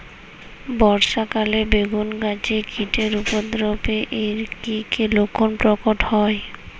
বর্ষা কালে বেগুন গাছে কীটের উপদ্রবে এর কী কী লক্ষণ প্রকট হয়?